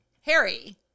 Harry